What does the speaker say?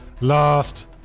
LAST